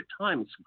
times